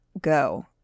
go